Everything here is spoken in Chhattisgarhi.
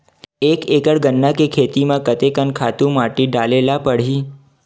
एक एकड़ गन्ना के खेती म कते कन खातु माटी डाले ल पड़ही?